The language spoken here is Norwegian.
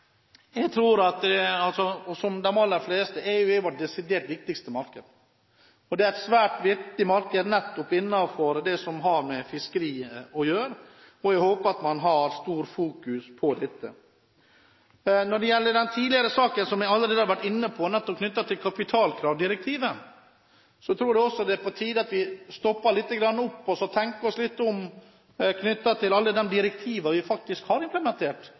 er vårt desidert viktigste marked. Det er et svært viktig marked nettopp innenfor det som har med fiskeri å gjøre, og jeg håper at man har stor oppmerksomhet om dette. Når det gjelder den tidligere saken, som jeg allerede har vært inne på, knyttet til kapitalkravdirektivet, tror jeg også det er på tide at vi stopper litt opp og tenker oss om når det gjelder alle de direktivene vi faktisk har implementert